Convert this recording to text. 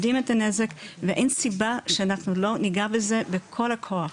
יודעים את הנזק ואין סיבה שאנחנו לא נגע בזה בכל הכוח.